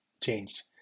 changed